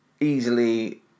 easily